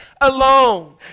Alone